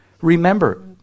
remember